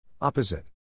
Opposite